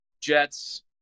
jets